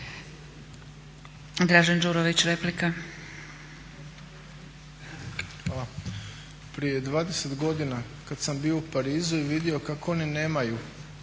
Dražen (HDSSB)** Hvala. Prije 20 godina kad sam bio u Parizu i vidio kako oni nemaju,